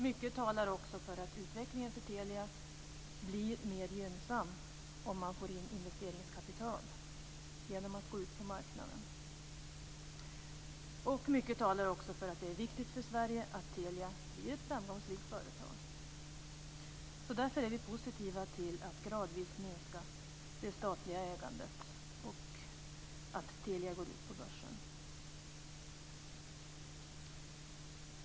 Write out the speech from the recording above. Mycket talar för att utvecklingen för Telia blir mer gynnsam om man får in investeringskapital genom att gå ut på marknaden. Mycket talar också för att det är viktigt för Sverige att Telia blir ett framgångsrikt företag. Därför är vi positiva till att gradvis minska det statliga ägandet och att Telia går ut på börsen.